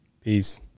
Peace